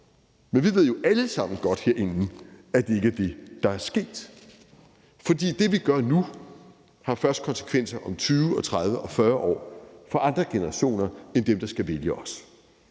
herinde ved jo alle sammen godt, at det ikke er det, der er sket. For det, vi gør nu, har først konsekvenser om 20, 30 og 40 år – for andre generationer end dem, der skal vælge os.